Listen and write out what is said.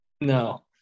No